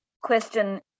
question